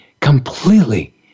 completely